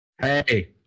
Hey